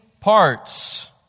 parts